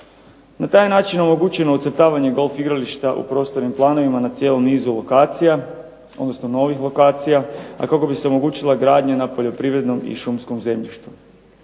Na taj je način omogućeno ucrtavanje golf igrališta u prostornim planovima na cijelom nizu lokacija, odnosno novih lokacija, a kako bi se omogućila gradnja na poljoprivrednom i šumskom zemljištu.